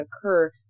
occur